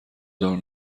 دار